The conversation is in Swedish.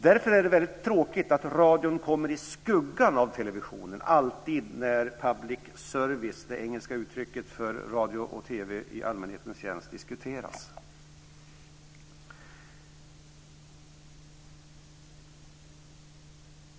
Därför är det mycket tråkigt att radion alltid kommer i skuggan av televisionen när public service, det engelska uttrycket för radio och TV i allmänhetens tjänst, diskuteras.